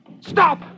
Stop